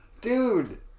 Dude